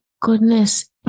goodness